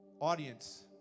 audience